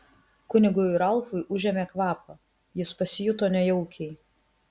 kunigui ralfui užėmė kvapą jis pasijuto nejaukiai